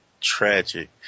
tragic